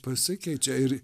pasikeičia ir